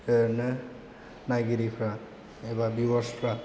ओरैनो नायगिरिफ्रा एबा भिउआर्सफ्रा